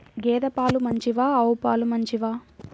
గేద పాలు మంచివా ఆవు పాలు మంచివా?